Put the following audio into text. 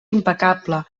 impecable